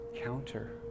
counter